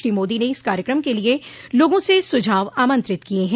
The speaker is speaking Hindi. श्री मोदी ने इस कार्यक्रम के लिए लोगा से सुझाव आमंत्रित किये हैं